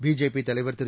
BJP தலைவர் திரு